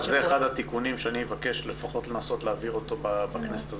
זה אחד התיקונים שאני מבקש לנסות להעביר אותו בכנסת הזאת,